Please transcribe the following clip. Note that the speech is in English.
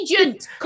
agent